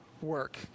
work